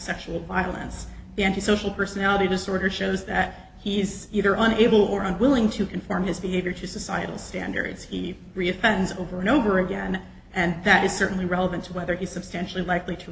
sexual violence the antisocial personality disorder shows that he's either unable or unwilling to conform his behavior to societal standards he refines over and over again and that is certainly relevant to whether he is substantially likely to